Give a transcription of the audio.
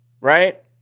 right